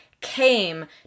came